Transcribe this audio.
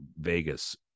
Vegas